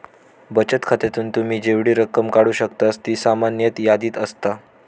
बचत खात्यातून तुम्ही जेवढी रक्कम काढू शकतास ती सामान्यतः यादीत असता